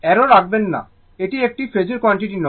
arrow রাখবেন না এটি একটি ফেজোর কোয়ান্টিটি নয়